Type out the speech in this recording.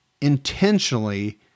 intentionally